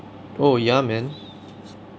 oh ya man